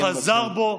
והוא חזר בו.